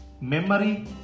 memory